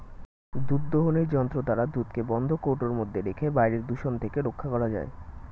দুধ দোহনের যন্ত্র দ্বারা দুধকে বন্ধ কৌটোর মধ্যে রেখে বাইরের দূষণ থেকে রক্ষা করা যায়